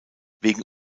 wegen